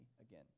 again